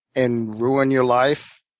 and ruin your life,